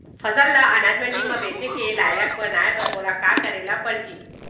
फसल ल अनाज मंडी म बेचे के लायक बनाय बर मोला का करे ल परही?